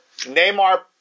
Neymar